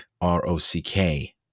R-O-C-K